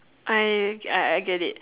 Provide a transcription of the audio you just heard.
I okay I get it